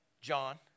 John